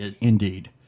Indeed